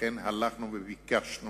לכן ביקשנו